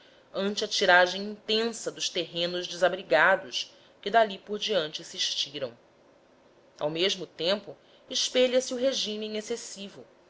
ante a tiragem intensa dos terrenos desabrigados que dali por diante se estiram ao mesmo tempo espelha se o regime excessivo